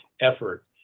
effort